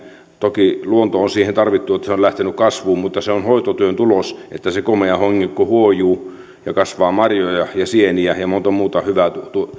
toki luontoa on tarvittu että se on lähtenyt kasvuun mutta se on hoitotyön tulos että se komea hongikko huojuu ja kasvaa marjoja ja sieniä ja monta muuta hyvää